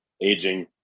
aging